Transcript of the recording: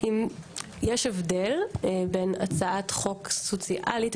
יש הבדל בין הצעת חוק סוציאלית,